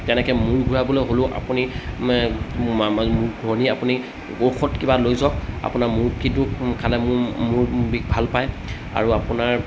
তেনেকৈ মূৰ ঘূৰাবলৈ হ'লেও আপুনি মূৰ ঘূৰণি আপুনি ঔষধ কিবা লৈ যাওক আপোনাৰ মূৰ কিন্তু বিষালে মূৰ মূৰ বিষ ভাল পায় আৰু আপোনাৰ